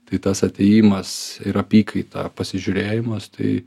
tai tas atėjimas ir apykaita pasižiūrėjimas tai